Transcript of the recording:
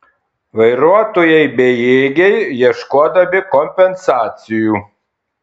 vairuotojai bejėgiai ieškodami kompensacijų